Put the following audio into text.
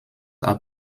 are